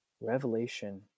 revelation